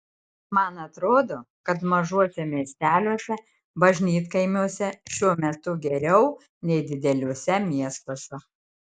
man atrodo kad mažuose miesteliuose bažnytkaimiuose šiuo metu geriau nei dideliuose miestuose